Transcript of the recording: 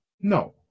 No